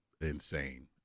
insane